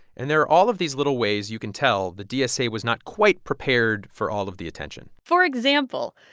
and there are all of these little ways you can tell the dsa was not quite prepared for all of the attention for example,